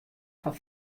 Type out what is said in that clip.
fan